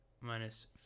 minus